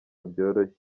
byoroshye